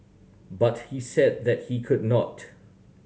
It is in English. but he said that he could not